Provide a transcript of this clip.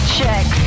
Check